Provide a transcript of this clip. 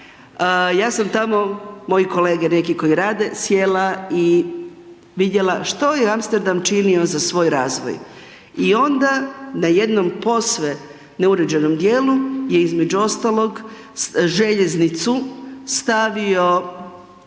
ja sam tamo, moji kolege neki koji rade, sjela i vidjela što je Amsterdam činio za svoj razvoj. I onda na jednom posve neuređenom djelu je između ostalog željeznicu stavio